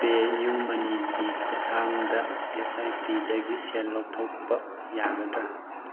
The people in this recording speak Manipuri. ꯄꯦꯌꯨꯃꯅꯤꯒꯤ ꯈꯨꯊꯥꯡꯗ ꯑꯦꯁ ꯑꯥꯏ ꯄꯤꯗꯒꯤ ꯁꯦꯜ ꯂꯧꯊꯣꯛꯄ ꯌꯥꯒꯗ꯭ꯔꯥ